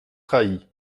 trahie